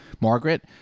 Margaret